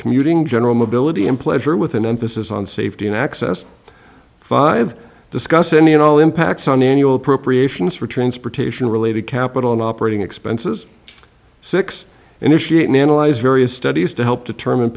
commuting general mobility and pleasure with an emphasis on safety and access five disc thus any and all impacts on annual appropriations for transportation related capital operating expenses six initiating analyze various studies to help determine